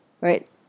Right